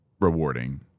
rewarding